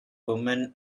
woman